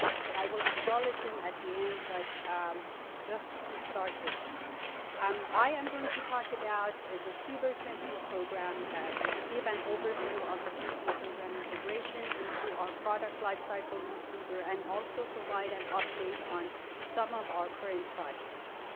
so i will acknowledge them at the end but just to start with that um i am going to talk about the cber sentinel program to give an overview of sentinel program integration into our product lifecycle in cber and also provide an update on some of our current projects.